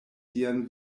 sian